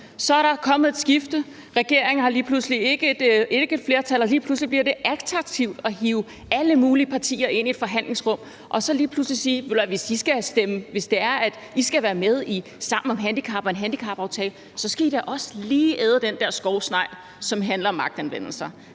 Så er der kommet et skifte. Regeringen har lige pludselig ikke et flertal, og lige pludselig bliver det attraktivt at hive alle mulige partier ind i et forhandlingsrum og så lige pludselig sige: Hvis det er, at I skal være med i Sammen om handicap og en handicapaftale, så skal I da også lige æde den der skovsnegl, som handler om magtanvendelser.